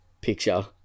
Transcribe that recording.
picture